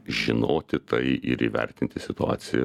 žinoti tai ir įvertinti situaciją